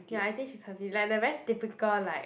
ya I think she's happy like the very typical like